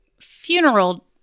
funeral